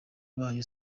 bayo